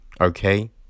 Okay